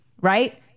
right